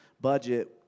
budget